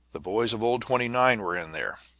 the boys of old twenty nine were in there.